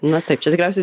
na taip čia tikriausiai